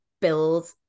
build